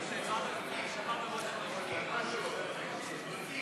כבוד היושב-ראשים, נכון?